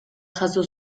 jaso